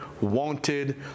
wanted